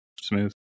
smooth